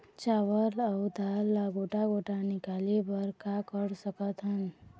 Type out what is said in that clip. चावल अऊ दाल ला गोटा गोटा निकाले बर का कर सकथन?